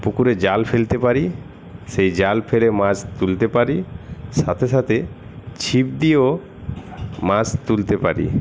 পুকুরে জাল ফেলতে পারি সেই জাল ফেলে মাছ তুলতে পারি সাথে সাথে ছিপ দিয়েও মাছ তুলতে পারি